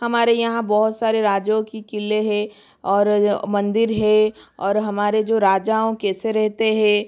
हमारे यहाँ बहुत सारे राजाओं के क़िले हैं और मंदिर हैं और हमारे जो राजाओं कैसे रहते है